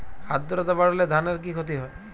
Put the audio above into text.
আদ্রর্তা বাড়লে ধানের কি ক্ষতি হয়?